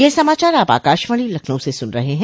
ब्रे क यह समाचार आप आकाशवाणी लखनऊ से सुन रहे हैं